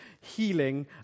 healing